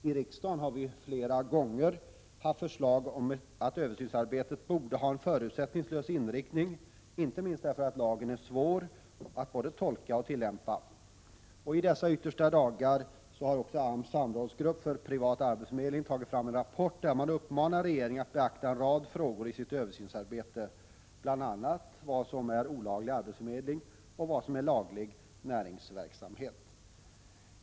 I riksdagen har vi flera gånger framlagt förslag om att översynsarbetet skall ges en förutsättningslös inriktning inte minst därför att lagen är svår att både tolka och tillämpa. I de yttersta av dessa dagar har också AMS samrådsgrupp för privat arbetsförmedling tagit fram en rapport, där man uppmanar regeringen att beakta en rad frågor i sitt översynsarbete, bl.a. frågan om vad som är olaglig arbetsförmedling och vad som är laglig näringsverksamhet.